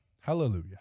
hallelujah